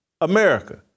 America